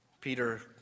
Peter